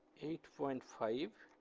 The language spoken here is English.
eight point five,